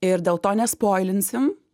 ir dėl to nespoilinsim